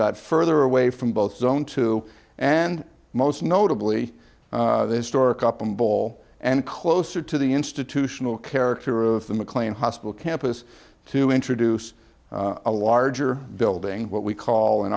got further away from both zone two and most notably historic upham bowl and closer to the institutional character of the mclean hospital campus to introduce a larger building what we call in